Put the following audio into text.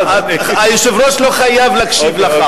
היושב-ראש לא חייב להקשיב לך.